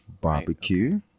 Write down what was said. barbecue